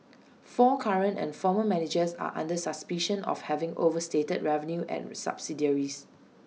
four current and former managers are under suspicion of having overstated revenue at subsidiaries